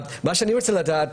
מה שאני רוצה לדעת,